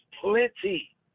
plenty